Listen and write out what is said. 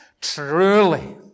Truly